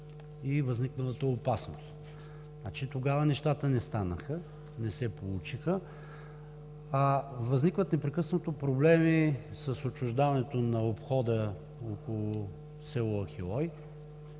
и възникналата опасност. Тогава нещата не станаха, не се получиха, а възникват непрекъснато проблеми с отчуждаването на обхода около село Ахелой,